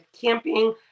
camping